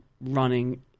running